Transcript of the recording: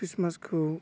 ख्रिस्टमासखौ